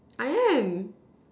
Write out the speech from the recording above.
I am